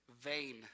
vain